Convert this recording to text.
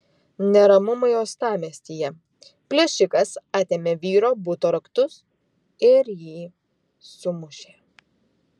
neramumai uostamiestyje plėšikas atėmė vyro buto raktus ir jį sumušė